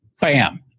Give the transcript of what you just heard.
Bam